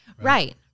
Right